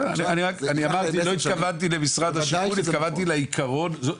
לא התכוונתי ספציפית אליך התכוונתי לעיקרון,